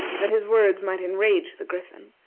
that his words might enrage the griffin,